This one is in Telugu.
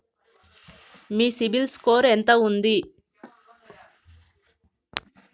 మీ సిబిల్ స్కోర్ ఎంత ఉంది?